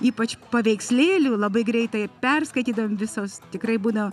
ypač paveikslėlių labai greitai perskaitydavom visos tikrai būdavo